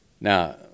Now